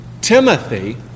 Timothy